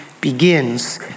begins